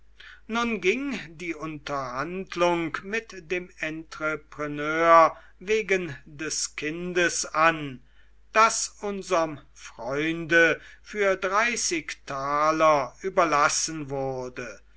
nun ging die unterhandlung mit dem entrepreneur wegen des kindes an das unserm freunde für dreißig taler überlassen wurde